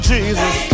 Jesus